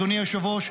אדוני היושב-ראש,